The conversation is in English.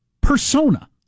persona